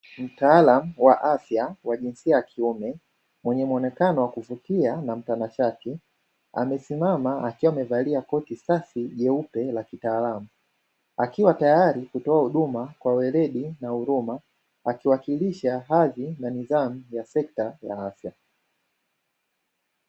Mtaalamu wa afya wa jinsia ya kiume, mwenye muonekano wa kuvutia na mtanashati, amesimama akiwa amevalia koti safi jeupe la kitaalamu, akiwa tayari kutoa huduma kwa weledi na huruma, akiwakilisha hadhi na nidhamu ya sekta ya afya.